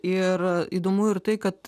ir įdomu ir tai kad